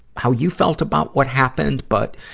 how you felt about what happened, but,